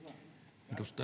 arvoisa